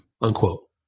Unquote